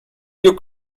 you